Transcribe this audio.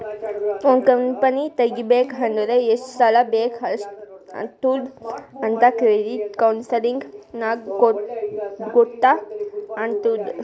ಒಂದ್ ಕಂಪನಿ ತೆಗಿಬೇಕ್ ಅಂದುರ್ ಎಷ್ಟ್ ಸಾಲಾ ಬೇಕ್ ಆತ್ತುದ್ ಅಂತ್ ಕ್ರೆಡಿಟ್ ಕೌನ್ಸಲಿಂಗ್ ನಾಗ್ ಗೊತ್ತ್ ಆತ್ತುದ್